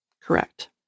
Correct